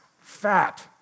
fat